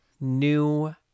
new